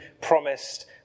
promised